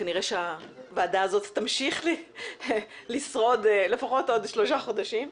כנראה שהוועדה הזאת תמשיך לשרוד לפחות עוד שלושה חודשים.